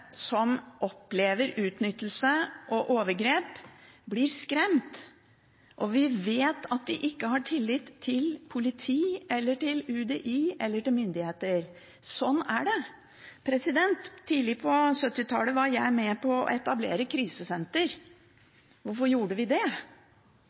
som opplever utnyttelse og overgrep, blir skremt, og at de ikke har tillit til politiet, UDI eller myndighetene. Sånn er det. Tidlig på 1970-tallet var jeg med på å etablere krisesenter.